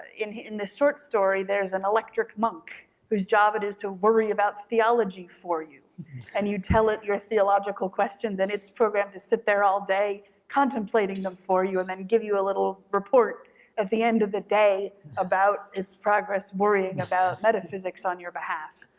in the short story, there's an electric monk who's job it is to worry about theology for you and you tell it your theological questions and it's programmed to sit there all day contemplating them for you and then give you a little report at the end of the day about its progress worrying about metaphysics on your behalf.